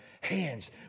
hands